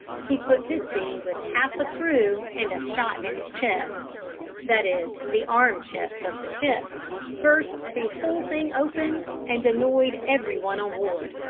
he put to sea with half a crew, and a shot in his chest that is, the arm-chest of the ship burst the whole thing open and annoyed every one on board.